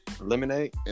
Lemonade